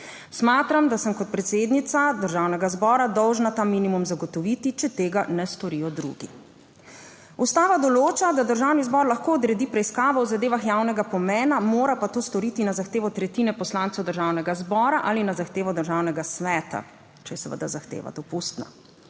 Smatram, da sem kot predsednica Državnega zbora dolžna ta minimum zagotoviti, če tega ne storijo drugi. Ustava določa, da Državni zbor lahko odredi preiskavo v zadevah javnega pomena, mora pa to storiti na zahtevo tretjine poslancev Državnega zbora ali na zahtevo Državnega sveta, če je seveda zahteva dopustna.